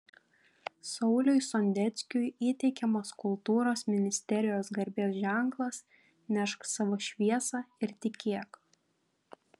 sauliui sondeckiui įteikiamas kultūros ministerijos garbės ženklas nešk savo šviesą ir tikėk